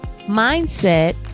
mindset